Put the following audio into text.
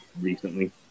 recently